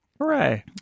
hooray